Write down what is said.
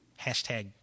Hashtag